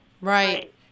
Right